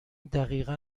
دقیقا